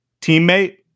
teammate